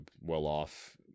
well-off